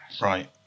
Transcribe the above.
Right